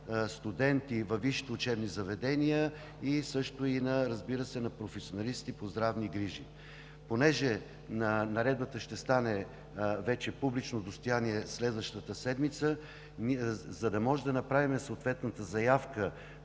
студенти във висшите учебни заведения и на професионалистите по здравни грижи. Понеже Наредбата ще стане публично достояние следващата седмица, за да можем да направим съответната заявка